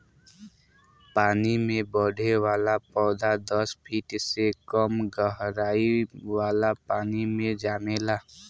पानी में बढ़े वाला पौधा दस फिट से कम गहराई वाला पानी मे जामेला